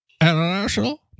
International